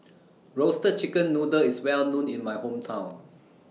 Roasted Chicken Noodle IS Well known in My Hometown